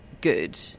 good